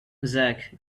zak